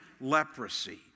leprosy